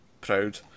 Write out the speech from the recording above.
proud